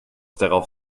darauf